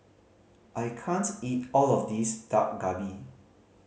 I can't eat all of this Dak Galbi